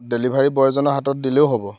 delivery বয়জনৰ হাতত দিলেও হ'ব